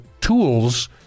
tools